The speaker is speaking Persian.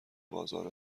بازار